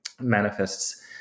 manifests